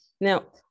Now